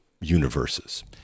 universes